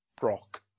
Brock